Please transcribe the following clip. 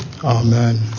Amen